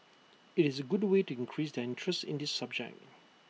IT is A good way to increase their interest in this subject